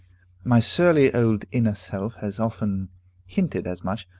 my surly old inner self has often hinted as much,